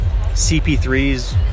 CP3's